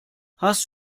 hast